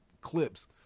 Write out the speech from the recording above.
clips